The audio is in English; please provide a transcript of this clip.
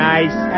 Nice